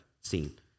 seen